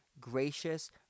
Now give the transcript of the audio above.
gracious